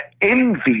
envy